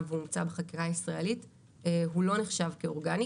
ונמצא בחקירה ישראלית הוא לא נחשב כאורגני,